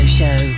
show